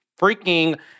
freaking